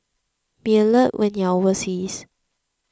be alert when you are overseas